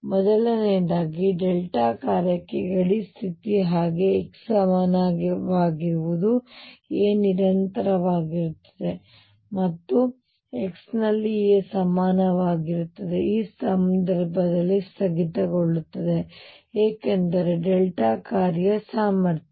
ಮೊದಲನೆಯದಾಗಿ ಈಗ ಡೆಲ್ಟಾ ಕಾರ್ಯಕ್ಕೆ ಗಡಿ ಸ್ಥಿತಿ ಹಾಗೆ x ಸಮನಾಗಿರುವುದು a ನಿರಂತರವಾಗಿರುತ್ತದೆ ಮತ್ತು x ನಲ್ಲಿ a ಸಮನಾಗಿರುತ್ತದೆ ಈ ಸಂದರ್ಭದಲ್ಲಿ ಸ್ಥಗಿತಗೊಳ್ಳುತ್ತದೆ ಏಕೆಂದರೆ ಡೆಲ್ಟಾ ಕಾರ್ಯ ಸಾಮರ್ಥ್ಯ